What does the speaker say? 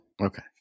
Okay